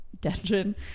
Dungeon